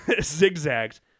zigzags